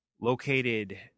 located